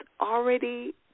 already